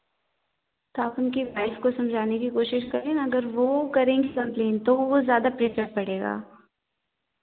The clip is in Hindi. तो आप उनकी वाइफ़ को समझाने की कोशिश करें अगर वो करेंगी कम्प्लेन तो वो ज़्यादा प्रेशर पड़ेगा